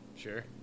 Sure